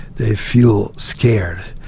they feel scared.